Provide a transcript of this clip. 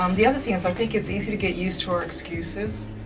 um the other thing is i think it's easy to get used to our excuses.